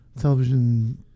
television